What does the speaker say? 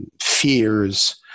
fears